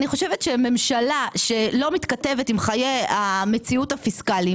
אני חושבת שממשלה שלא מתכתבת עם חיי המציאות הפיסקליים,